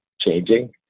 changing